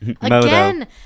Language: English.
Again